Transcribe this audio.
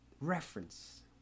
reference